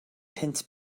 punt